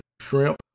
shrimp